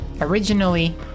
Originally